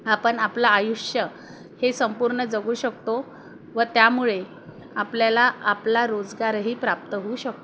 आपण आपलं आयुष्य हे संपूर्ण जगू शकतो व त्यामुळे आपल्याला आपला रोजगारही प्राप्त होऊ शकतो